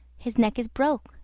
his neck is broke,